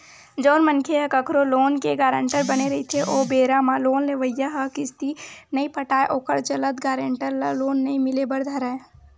जउन मनखे ह कखरो लोन के गारंटर बने रहिथे ओ बेरा म लोन लेवइया ह किस्ती नइ पटाय ओखर चलत गारेंटर ल लोन नइ मिले बर धरय